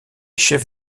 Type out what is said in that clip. chef